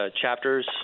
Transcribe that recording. chapters